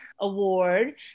award